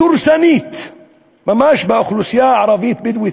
דורסנית ממש כלפי האוכלוסייה הערבית-בדואית.